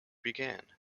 began